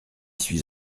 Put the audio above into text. suis